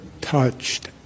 touched